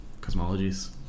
cosmologies